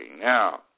now